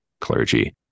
clergy